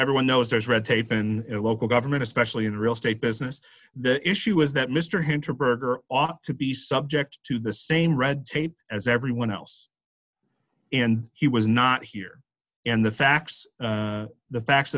everyone knows there's red tape in local government especially in real estate business the issue is that mr hunter burger ought to be subject to the same red tape as everyone else and he was not here and the facts the facts